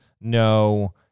no